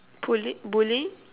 bully bully